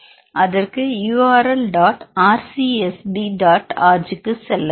அதற்கு url rcsb dot org க்குச் செல்லவும்